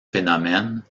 phénomène